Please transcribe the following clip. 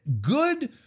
good